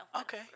Okay